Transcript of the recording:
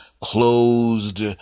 closed